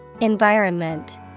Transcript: Environment